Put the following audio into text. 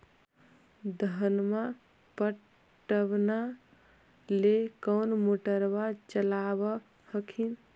धनमा पटबनमा ले कौन मोटरबा चलाबा हखिन?